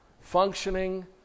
functioning